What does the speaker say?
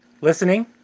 listening